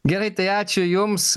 gerai tai ačiū jums